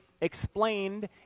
explained